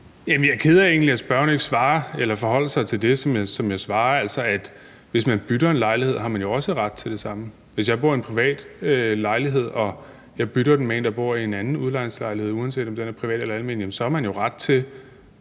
egentlig ked af, at spørgeren ikke forholder sig til det, som jeg svarer, altså at man, hvis man bytter en lejlighed, jo også har ret til det samme. Hvis man bor i en privat lejlighed og man bytter med en, der bor i en anden udlejningslejlighed, uanset om den er privat eller almen, så har man jo ret til at kræve,